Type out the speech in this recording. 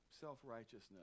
self-righteousness